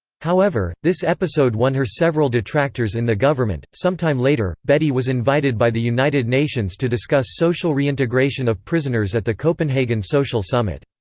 however, this episode won her several detractors in the government sometime later, bedi was invited by the united nations to discuss social reintegration of prisoners at the copenhagen social summit.